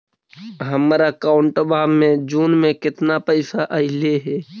हमर अकाउँटवा मे जून में केतना पैसा अईले हे?